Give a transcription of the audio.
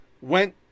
went